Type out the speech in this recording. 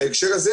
בהקשר הזה,